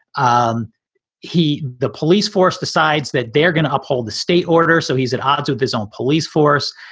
um he. the police force decides that they're going to uphold the state order. so he's at odds with his own police force.